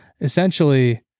essentially